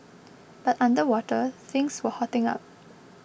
but underwater things were hotting up